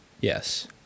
Yes